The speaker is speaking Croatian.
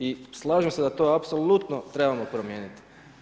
I slažem se da to apsolutno trebamo promijeniti.